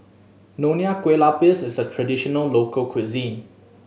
Nonya Kueh Lapis is a traditional local cuisine